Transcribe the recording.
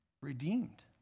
redeemed